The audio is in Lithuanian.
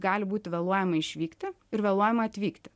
gali būti vėluojama išvykti ir vėluojama atvykti